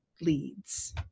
leads